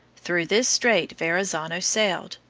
through this strait verrazzano sailed,